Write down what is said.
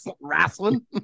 wrestling